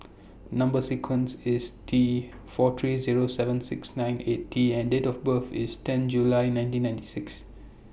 Number sequence IS T four three Zero seven six nine eight T and Date of birth IS ten July nineteen ninety six